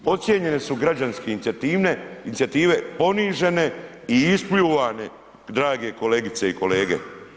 Podcijenjene su građanske inicijative, ponižene i ispljuvane, drage kolegice i kolege.